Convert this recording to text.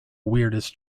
weirdest